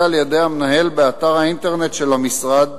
על-ידי המנהל באתר האינטרנט של המשרד,